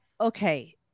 okay